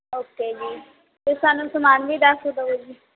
okay ਜੀ ਅਤੇ ਸਾਨੂੰ ਸਮਾਨ ਵੀ ਦੱਸ ਦਵੋ ਜੀ